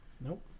Nope